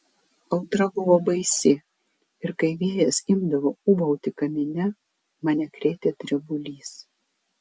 audra buvo baisi ir kai vėjas imdavo ūbauti kamine mane krėtė drebulys